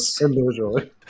individually